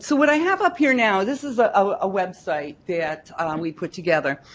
so what i have up here now, this is a ah website that um we put together.